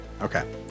Okay